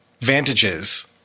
vantages